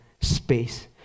space